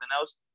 else